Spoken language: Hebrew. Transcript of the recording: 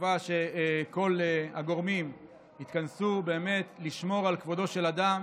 בתקווה שכל הגורמים יתכנסו באמת לשמור על כבודו של אדם.